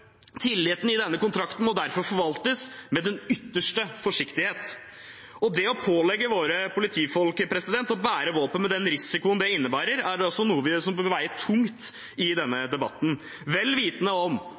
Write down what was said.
Tilliten til denne kontrakten må derfor forvaltes med den ytterste forsiktighet, og det å pålegge våre politifolk å bære våpen med den risikoen det innebærer, er noe som bør veie tungt i denne debatten. Vel vitende om